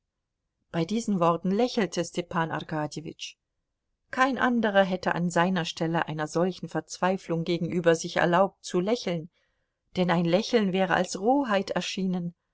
bei diesen worten lächelte stepan arkadjewitsch kein anderer hätte an seiner stelle einer solchen verzweiflung gegenüber sich erlaubt zu lächeln denn ein lächeln wäre als roheit erschienen